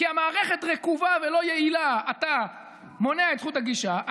כי המערכת רקובה ולא יעילה אתה מונע את זכות הגישה.